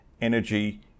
energy